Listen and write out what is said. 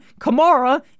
Kamara